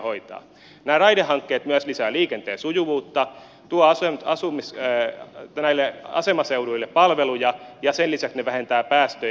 nämä raidehankkeet myös lisäävät liikenteen sujuvuutta ja tuovat asemaseuduille palveluja ja sen lisäksi ne vähentävät päästöjä